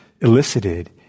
elicited